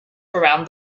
around